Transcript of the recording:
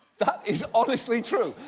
that is honestly true.